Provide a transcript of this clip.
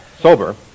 sober